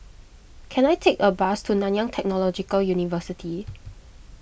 can I take a bus to Nanyang Technological University